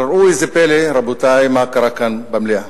אבל ראו איזה פלא, רבותי, מה קרה כאן במליאה.